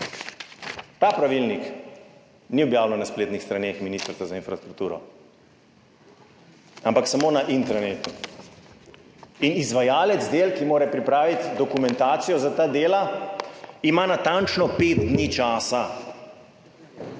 (nadaljevanje) ni objavljen na spletnih straneh Ministrstva za infrastrukturo, ampak samo na intranetu in izvajalec del, ki mora pripraviti dokumentacijo za ta dela, ima natančno 5 dni časa,